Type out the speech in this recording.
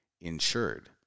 insured